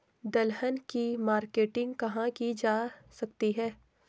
दलहन की मार्केटिंग कहाँ की जा सकती है?